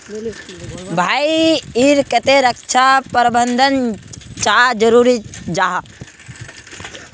भाई ईर केते रक्षा प्रबंधन चाँ जरूरी जाहा?